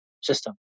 system